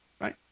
right